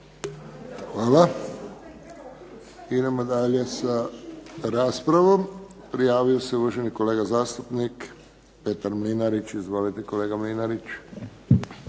Hvala. Idemo dalje sa raspravom. Prijavio se uvaženi kolega zastupnik Petar Mlinarić. Izvolite kolega Mlinarić.